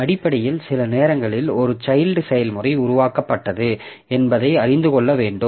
அடிப்படையில் சில நேரங்களில் ஒரு சைல்ட் செயல்முறை உருவாக்கப்பட்டது என்பதை அறிந்து கொள்ள வேண்டும்